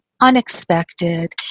unexpected